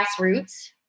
grassroots